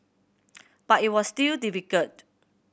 but it was still difficult